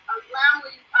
allowing